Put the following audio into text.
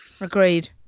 agreed